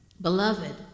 beloved